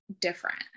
different